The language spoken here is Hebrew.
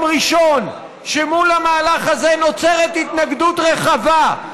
ראשון שמול המהלך הזה נוצרת התנגדות רחבה,